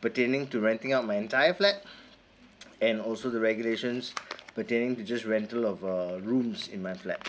pertaining to renting out my entire flat and also the regulations pertaining to just rental of uh rooms in my flat